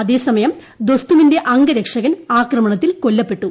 അതേസമയം ദൊസ്തുമിന്റെ അംഗരക്ഷകൻ ആക്രമണത്തിൽ കൊല്ലപ്പെട്ടു